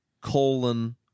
Colon